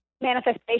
manifestation